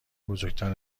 بزرگتر